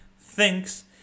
thinks